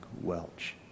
Welch